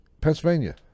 Pennsylvania